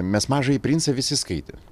mes mažąjį princą visi skaitę